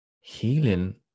healing